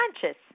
conscious